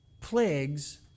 plagues